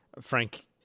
Frank